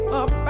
up